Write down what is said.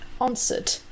answered